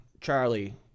Charlie